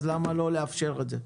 אז למה לא לאפשר את זה?